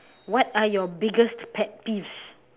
what are your biggest pet peeves